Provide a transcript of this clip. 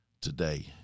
today